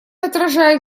отражает